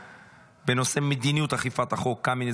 לסדר-היום בנושא מדיניות אכיפת חוק קמיניץ